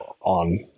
on